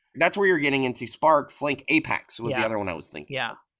that's where you're getting into spark, flank, apex was the other one i was thinking yeah,